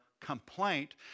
complaint